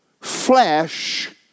flesh